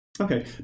okay